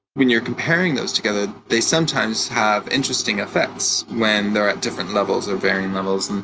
when you're comparing those together, they sometimes have interesting effects when they're at different levels or varying levels.